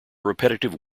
repetitive